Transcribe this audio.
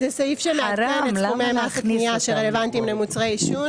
שמעגן את סכומי מס הקנייה שרלוונטיים למוצרי עישון.